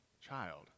child